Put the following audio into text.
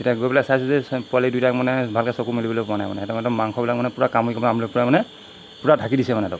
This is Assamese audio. এতিয়া গৈ পেলাই চাইছোঁ যে পোৱালি দুইটা মানে ভালকৈ চকু মেলিবলৈ পোৱা নাই মানে সিহঁতৰ মানে মাংসবিলাক মানে পূৰা কামুৰি কামুৰি আমলৰি পৰুৱাই মানে পূৰা ঢাকি দিছে মানে সিহঁতক